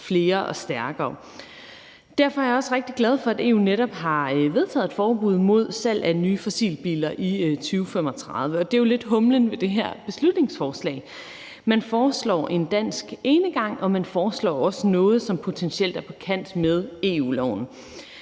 flere og stærkere. Derfor er jeg også rigtig glad for, at EU netop har vedtaget et forbud mod salg af nye fossilbiler i 2035. Og det er jo lidt humlen i det her beslutningsforslag, at man foreslår en dansk enegang, og at man foreslår noget, som potentielt er på kant med EU-lovgivningen.